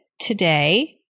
today